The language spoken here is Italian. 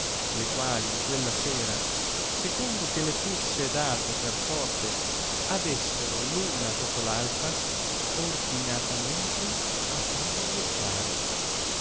le quali in quella sera secondo che le fusse dato per sorte avessero una dopo altra ordinatamente a favoleggiare